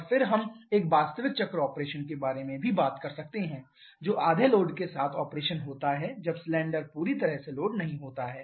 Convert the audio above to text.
और फिर हम एक वास्तविक चक्र ऑपरेशन के बारे में भी बात कर सकते हैं जो आधे लोड के साथ ऑपरेशन होता है जब सिलेंडर पूरी तरह से लोड नहीं होता है